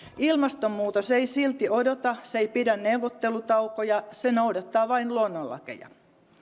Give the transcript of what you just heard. ilmastonmuutos ei silti odota se ei pidä neuvottelutaukoja se noudattaa vain luonnonlakeja